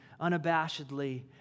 unabashedly